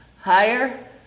higher